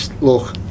look